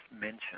mention